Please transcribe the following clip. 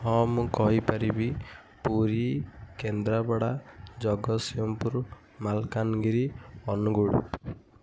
ହଁ ମୁଁ କହି ପାରିବି ପୁରୀ କେନ୍ଦ୍ରାପଡ଼ା ଜଗତସିଂପୁର ମାଲକାନଗିରି ଅନୁଗୁଳ